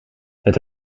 het